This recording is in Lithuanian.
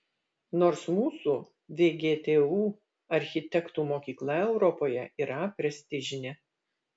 nors mūsų vgtu architektų mokykla europoje yra prestižinė